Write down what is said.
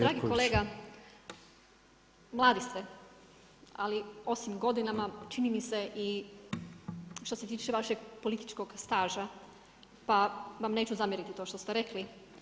Dragi kolega mladi ste, ali osim godinama čini mi se i što se tiče vašeg političkog staža, pa vam neću zamjeriti to što ste rekli.